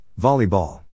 Volleyball